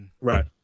Right